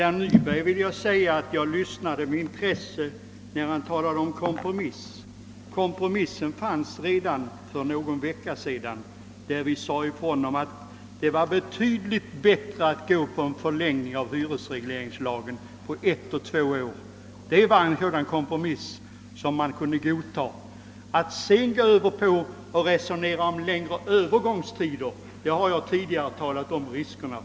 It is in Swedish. Herr talman! Jag lyssnade med intresse när herr Nyberg talade om kompromiss. En kompromiss fanns redan för någon vecka sedan, herr Nyberg, när vi sade ifrån att det var betydligt bättre att gå in för en förlängning av hyresregleringslagen på ett eller två år. Det var en kompromiss som man kunde godtaga. När det däremot gäller resonemanget om längre övergångstider har jag tidigare redovisat riskerna.